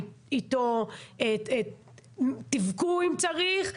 איתו תבכו אם צריך,